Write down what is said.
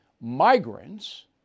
migrants